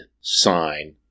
sign